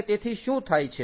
અને તેથી શું થાય છે